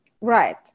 Right